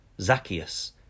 Zacchaeus